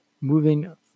moving